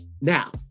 now